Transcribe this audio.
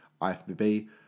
IFBB